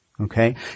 okay